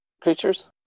creatures